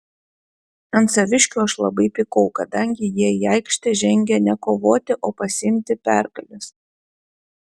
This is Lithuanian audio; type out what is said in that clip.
ant saviškių aš labai pykau kadangi jie į aikštę žengė ne kovoti o pasiimti pergalės